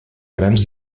grans